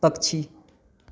पक्षी